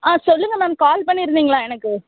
ஆ சொல்லுங்கள் ma'am call பண்ணியிருந்திங்களா எனக்கு